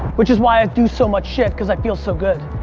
which is why i do so much shit, cause i feel so good.